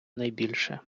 найбільше